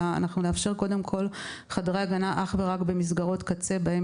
אלא אנחנו נאפשר חדרי הגנה אך ורק במסגרות קצה בהן